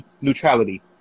neutrality